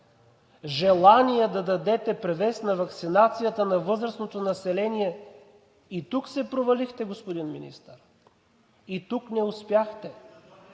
желание да дадете превес на ваксинацията на възрастното население – и тук се провалихте, господин Министър, и тук не успяхте.